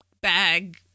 bag